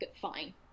fine